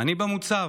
אני במוצב.